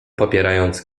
popierając